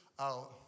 out